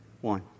One